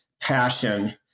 passion